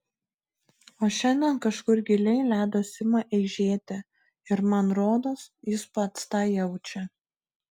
o šiandien kažkur giliai ledas ima eižėti ir man rodos jis pats tą jaučia